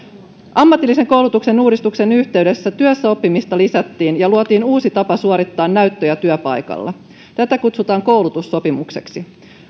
ammatillisen koulutuksen uudistuksen yhteydessä työssäoppimista lisättiin ja luotiin uusi tapa suorittaa näyttöjä työpaikalla tätä kutsutaan koulutussopimukseksi